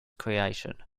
creation